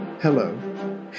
Hello